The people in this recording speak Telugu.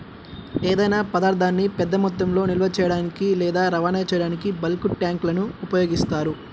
ఏదైనా పదార్థాన్ని పెద్ద మొత్తంలో నిల్వ చేయడానికి లేదా రవాణా చేయడానికి బల్క్ ట్యాంక్లను ఉపయోగిస్తారు